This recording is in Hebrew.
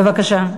בבקשה.